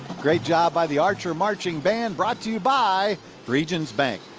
great job by the archer marching band brought to you by regent's bank.